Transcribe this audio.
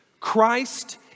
Christ